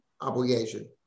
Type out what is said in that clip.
obligation